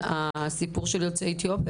מהטיפול באוכלוסייה של יוצאי אתיופיה,